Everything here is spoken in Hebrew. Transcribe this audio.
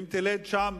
אם תלד שם